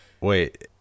Wait